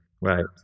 Right